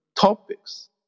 topics